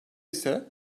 ise